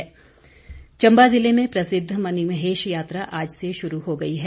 मणिमहेश यात्रा चंबा जिले में प्रसिद्ध मणिमहेश यात्रा आज से शुरू हो गई है